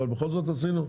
אבל בכל זאת עשינו.